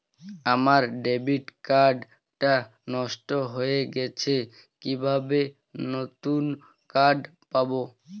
আমার debit card টা নষ্ট হয়ে গেছে কিভাবে নতুন কার্ড পাব?